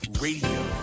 Radio